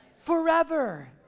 forever